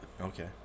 Okay